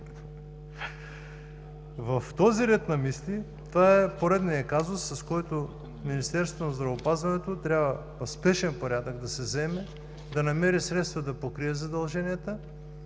В този ред на мисли това е поредният казус, с който Министерството на здравеопазването трябва в спешен порядък да се заеме, да намери средства да покрие задълженията,